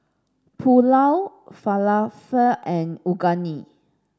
Pulao Falafel and Unagi